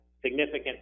significant